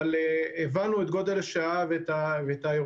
אבל הבנו את גודל השעה ואת האירוע.